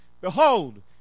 Behold